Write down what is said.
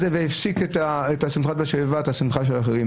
להפסיק את שמחת בית השואבה, את השמחה של האחרים.